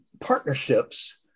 partnerships